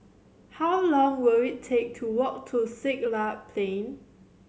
how long will it take to walk to Siglap Plain